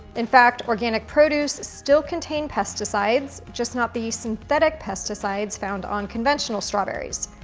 in fact, organic produce still contain pesticides, just not the synthetic pesticides found on conventional strawberries.